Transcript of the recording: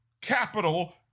capital